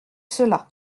cela